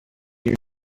you